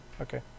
Okay